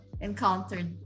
encountered